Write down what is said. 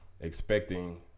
expecting